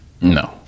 No